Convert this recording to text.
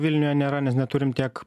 vilniuje nėra nes neturim tiek